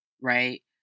right